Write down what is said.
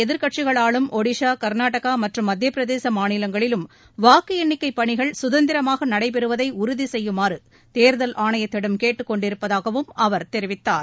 எதிர்க்கட்சிகள் ஆளும் ஒடிஷா கர்நாடகா மற்றும் மத்தியப்பிரசே மாநிலங்களிலும் வாக்கு எண்ணிக்கை பணிகள் சுதந்திரமாக நடைபெறுதை உறுதி செய்யுமாறு தேர்தல் ஆணையத்திடம் கேட்டுக் கொண்டிருப்பதாகவும் அவர் தெரிவித்தார்